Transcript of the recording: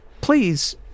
please